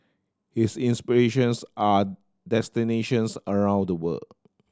his inspirations are destinations around the world